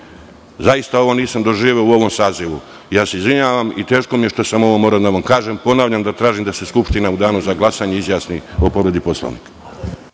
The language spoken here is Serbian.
Zaista ovo nisam doživeo u ovom sazivu. Izvinjavam se i teško mi je što sam ovo morao da vam kažem. Ponavljam da tražim da se Skupština u danu za glasanje izjasni o povredi Poslovnika.